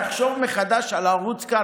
תחשוב מחדש על ערוץ "כאן",